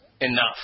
enough